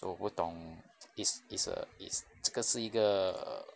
so 我不懂 is is a is 这个是一个